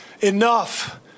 Enough